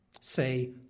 say